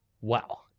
Wow